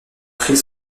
cris